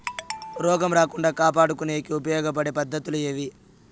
రోగం రాకుండా కాపాడుకునేకి ఉపయోగపడే పద్ధతులు ఏవి?